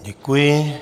Děkuji.